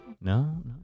No